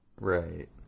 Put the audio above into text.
Right